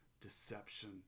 deception